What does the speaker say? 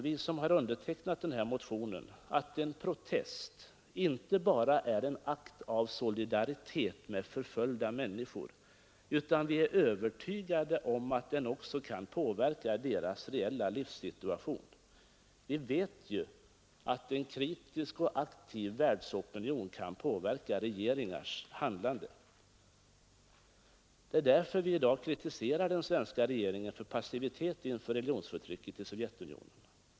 Vi som har undertecknat den här motionen tror att en protest inte bara är en akt av solidaritet med förföljda människor utan att den också kan påverka deras reella livssituation. Vi vet ju att en kritisk och aktiv världsopinion kan påverka regeringars handlande. Det är därför vi i dag kritiserar den svenska regeringen för passivitet inför religionsförtrycket i Sovjetunionen.